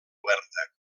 oberta